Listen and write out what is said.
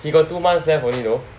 he got two months left only though